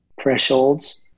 thresholds